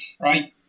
right